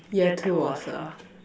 year two was a